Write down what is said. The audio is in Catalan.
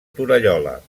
torallola